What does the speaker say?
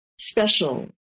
special